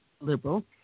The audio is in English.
liberal